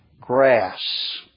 grass